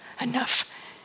enough